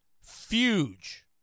Fuge